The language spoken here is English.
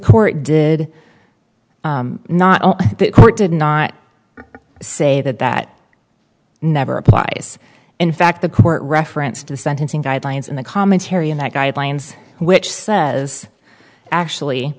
court did not the court did not say that that never applies in fact the court referenced the sentencing guidelines and the commentary in that guidelines which says actually